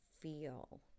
feel